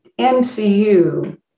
MCU